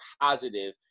positive